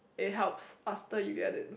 it helps after you get it